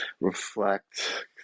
reflect